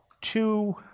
two